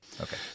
Okay